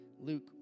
Luke